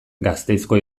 gasteizko